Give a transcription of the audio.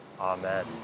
Amen